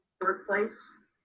workplace